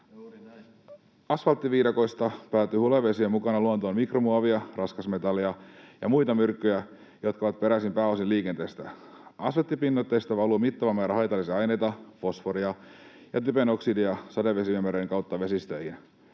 Asfalttiviidakoista päätyy hulevesien mukana luontoon mikromuovia, raskasmetalleja ja muita myrkkyjä, jotka ovat peräisin pääosin liikenteestä. Asfalttipinnoitteista valuu mittava määrä haitallisia aineita, fosforia ja typenoksidia, sadevesiviemäreiden kautta vesistöihin.